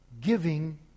giving